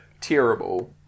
terrible